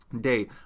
day